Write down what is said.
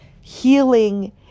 Healing